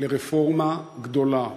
לרפורמה גדולה,